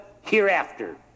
hereafter